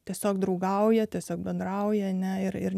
tiesiog draugauja tiesiog bendrauja ne ir ir